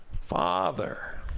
Father